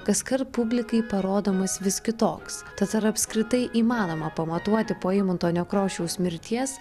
kaskart publikai parodomas vis kitoks tad ar apskritai įmanoma pamatuoti po eimunto nekrošiaus mirties